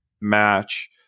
match